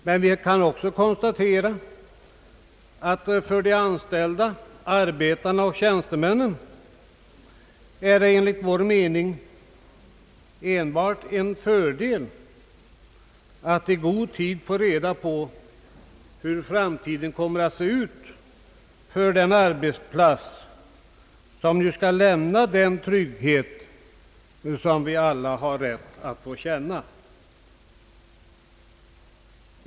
Däremot kan vi konstatera att det för de anställda arbetarna och tjänstemännen är enbart en fördel att i god tid få reda på hur framtiden kommer att se ut på den arbetsplats som ju skall lämna den trygghet vi alla har rätt att få känna.